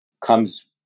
comes